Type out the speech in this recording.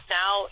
now